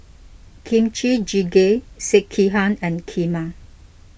Kimchi Jjigae Sekihan and Kheema